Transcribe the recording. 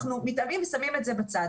אנחנו מתעלמים ושמים את זה בצד.